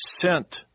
sent